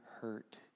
hurt